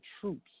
troops